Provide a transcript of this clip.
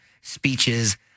speeches